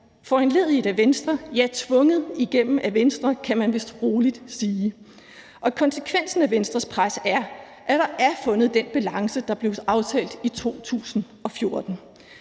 foranlediget af Venstre – ja, tvunget igennem af Venstre, kan man vist rolig sige – og konsekvensen af Venstres pres er, at der er fundet den balance, der blev aftalt i 2014.